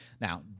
Now